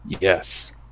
yes